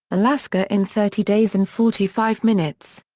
alaska in thirty days and forty five minutes.